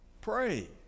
Pray